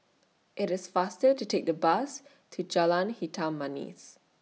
IT IS faster to Take The Bus to Jalan Hitam Manis